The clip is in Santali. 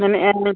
ᱢᱮᱱᱮᱜ ᱟᱹᱧ